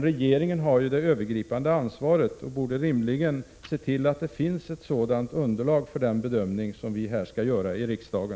Regeringen har det övergripande ansvaret och borde rimligen se till att det finns ett sådant underlag för den bedömning som vi skall göra här i riksdagen.